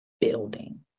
building